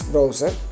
Browser